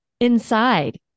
inside